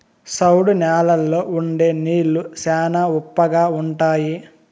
సౌడు న్యాలల్లో ఉండే నీళ్లు శ్యానా ఉప్పగా ఉంటాయి